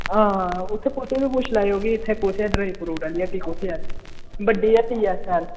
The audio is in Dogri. हां उत्थै कुसै बी पुच्छी लैयो कि इत्थै कुत्थै एह् ड्राई फ्रूट आह्ली हट्टी कुत्थै ऐ बड्डी हट्टी ऐ शैल